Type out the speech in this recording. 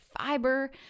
fiber